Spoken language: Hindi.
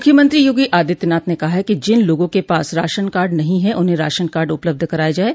मुख्यमंत्री योगी आदित्यनाथ ने कहा है कि जिन लोगों के पास राशनकार्ड नहीं है उन्हें राशन कार्ड उपलब्ध कराया जाये